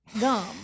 gum